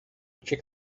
check